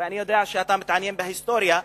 ואני יודע שאתה מתעניין בהיסטוריה,